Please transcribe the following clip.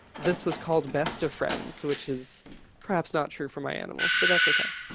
this was called best of friends, which is perhaps not true for my animals, but that's okay.